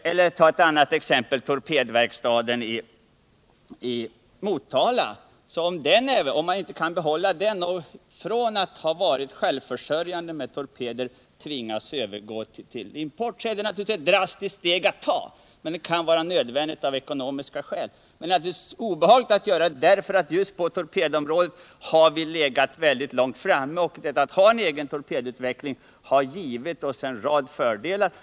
Eller ta ett annat exempel: Vad händer om man inte kan behålla torpedverkstaden i Motala? Om man från att ha varit självförsörjande med torpeder tvingas övergå till import är det naturligtvis ett drastiskt steg, men det kan vara nödvändigt av ekonomiska skäl. Det är obehagligt, därför att just på torpedområdet har vi legat internationellt sett långt framme och det förhållandet att vi har haft en egen torpedutveckling har gett oss en rad fördelar.